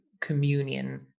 communion